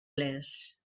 les